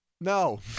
no